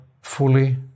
fully